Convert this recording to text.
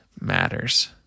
matters